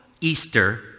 Easter